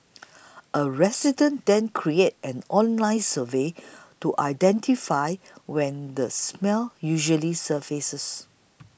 a resident then created an online survey to identify when the smell usually surfaces